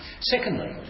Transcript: Secondly